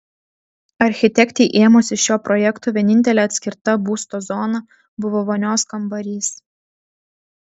architektei ėmusis šio projekto vienintelė atskirta būsto zona buvo vonios kambarys